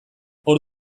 hor